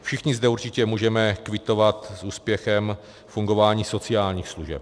Všichni zde určitě můžeme kvitovat s úspěchem fungování sociálních služeb.